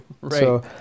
right